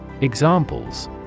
Examples